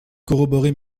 corroborer